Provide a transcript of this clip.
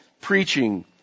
preaching